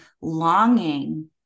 longing